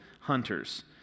hunters